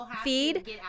feed